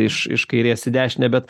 iš iš kairės į dešinę bet